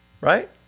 Right